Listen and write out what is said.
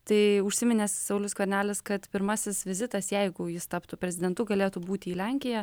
tai užsiminęs saulius skvernelis kad pirmasis vizitas jeigu jis taptų prezidentu galėtų būti į lenkiją